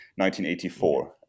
1984